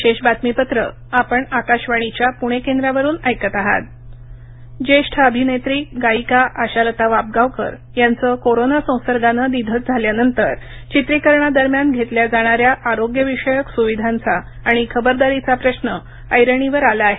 intro Ashalata निधन जेष्ठ अभिनेत्री गायिका आशालता वाबगावकर यांचं कोरोना संसर्गानं निधन झाल्यानंतर चित्रीकरणादरम्यान घेतल्या जाणाऱ्या आरोग्य विषयक सुविधांचा आणि खबरदारीचा प्रश्न ऐरणीवर आला आहे